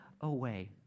away